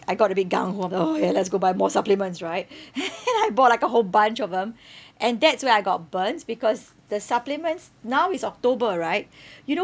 I got a bit gung [ho] I'm like orh ya let's go buy more supplements right and I bought like a whole bunch of them and that's where I got burnt because the supplements now is october right you know